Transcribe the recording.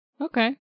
okay